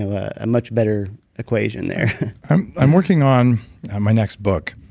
ah much better equation there i'm i'm working on my next book,